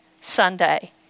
Sunday